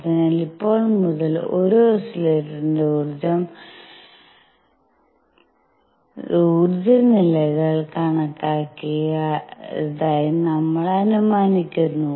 അതിനാൽ ഇപ്പോൾ മുതൽ ഒരു ഓസിലേറ്ററിന്റെ ഊർജ്ജ നിലകൾ കണക്കാക്കിയതായി നമ്മൾ അനുമാനിക്കുന്നു